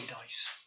dice